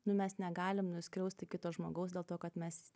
nu mes negalim nuskriausti kito žmogaus dėl to kad mes